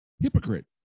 hypocrite